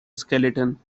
skeleton